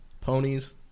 ponies